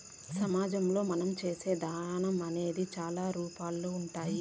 సమాజంలో మనం చేసే దానం అనేది చాలా రూపాల్లో ఉంటాది